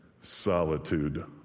solitude